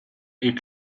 est